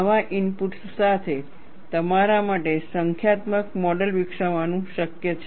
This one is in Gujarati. આવા ઇનપુટ્સ સાથે તમારા માટે સંખ્યાત્મક મોડલ વિકસાવવાનું શક્ય છે